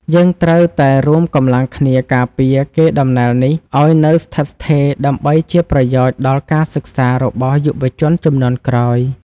យើងត្រូវតែរួមកម្លាំងគ្នាការពារកេរដំណែលនេះឱ្យនៅស្ថិតស្ថេរដើម្បីជាប្រយោជន៍ដល់ការសិក្សារបស់យុវជនជំនាន់ក្រោយ។